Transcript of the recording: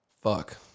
Fuck